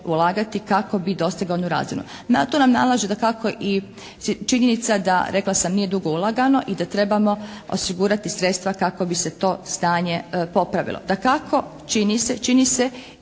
ulagati kako bi dostigao onu razinu. Na to nam nalaže dakako i činjenica da rekla sam nije dugo ulagano i da trebamo osigurati sredstva kako bi se to stanje popravilo. Dakako čini se i na